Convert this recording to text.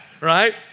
Right